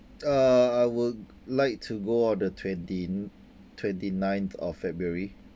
uh I would like to go on the twenty twenty ninth of february